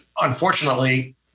unfortunately